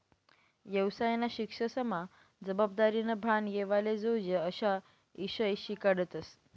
येवसायना शिक्सनमा जबाबदारीनं भान येवाले जोयजे अशा ईषय शिकाडतस